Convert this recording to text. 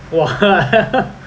!wah!